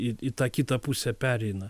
į į tą kitą pusę pereina